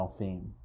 theme